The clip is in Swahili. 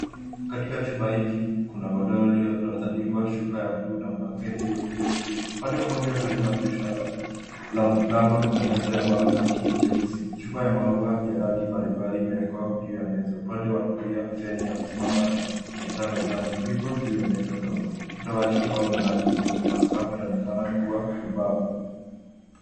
Katika chumba hiki kuna godoro iliyotandikwa shuka ya buluu na blanketi iliyokunjwa vizuri. Upande mmoja karibu na dirisha la mraba kuna meza ya mbao na kiti cheusi. Chupa ya maua ya rangi mbalimbali imewekwa juu ya meza. Upande wa kulia feni ya kusimama na taa mezani vipo juu ya meza ndogo. Ukuta wa chumba una rangi nyeupe na sakafu inaonekana kuwa ya mbao.